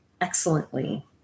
excellently